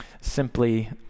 simply